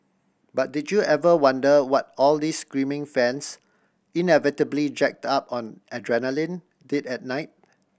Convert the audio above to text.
but did you ever wonder what all these screaming fans inevitably jacked up on adrenaline did at night